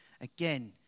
Again